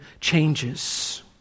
changes